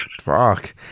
Fuck